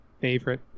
favorite